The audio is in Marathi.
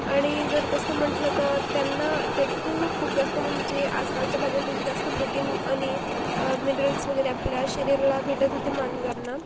आणि जर तसं म्हटलं तर त्यांना त्यातून खूप जास्त म्हणजे आजकालच्या भाज्यांपेक्षा जास्त प्रोटिन आणि मिनरल्स वगैरे आपल्या शरीराला भेटत होते मानवांना